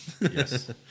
Yes